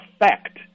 effect